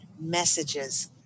messages